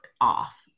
off